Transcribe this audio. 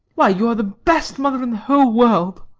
why, you are the best mother in the whole world.